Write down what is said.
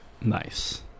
Nice